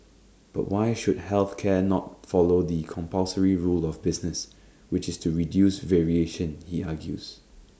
but why should health care not follow the compulsory rule of business which is to reduce variation he argues